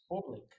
public